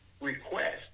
request